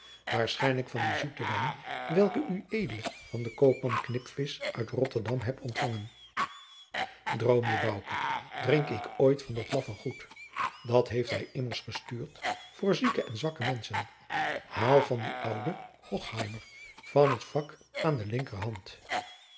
waarschijnlijk van dien zoeten wijn welken ued van den koopman knipvisch uit rotterdam hebt ontfangen droom je bouke drink ik ooit van dat laffe goed dat heeft hij immers gestuurd voor zieke en zwakke menschen haal van dien ouden hochheimer van het vak aan de linkerhand